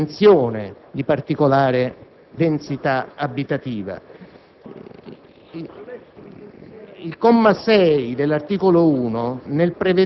alle situazioni di particolare tensione o densità abitativa.